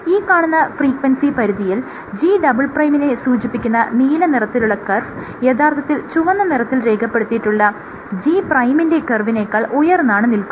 ഈ കാണുന്ന ഫ്രീക്വൻസി പരിധിയിൽ G" നെ സൂചിപ്പിക്കുന്ന നീലനിറത്തിലുള്ള കർവ് യഥാർത്ഥത്തിൽ ചുവന്ന നിറത്തിൽ രേഖപ്പെടുത്തിയിട്ടുള്ള G' ന്റെ കർവിനേക്കാൾ ഉയർന്നാണ് നിൽക്കുന്നത്